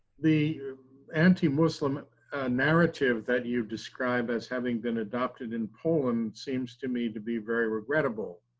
the anti-muslim narrative that you've described as having been adopted in poland seems to me to be very regrettable.